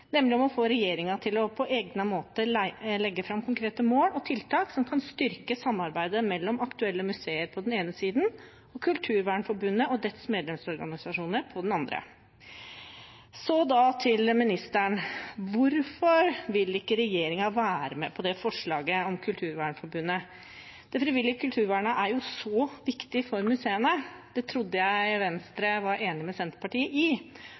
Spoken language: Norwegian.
nemlig forslaget om å få regjeringen til å på egnet måte «legge frem forslag til konkrete mål og tiltak som kan styrke samarbeidet mellom aktuelle museer på den ene siden og Kulturvernforbundet og dets medlemsorganisasjoner på den andre». Så til ministeren: Hvorfor vil ikke regjeringen være med på det forslaget om Kulturvernforbundet? Det frivillige kulturvernet er jo så viktig for museene, og det trodde jeg Venstre var enig med Senterpartiet i.